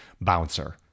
bouncer